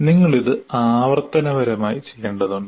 നിങ്ങൾ ഇത് ആവർത്തനപരമായി ചെയ്യേണ്ടതുണ്ട്